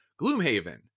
gloomhaven